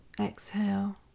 exhale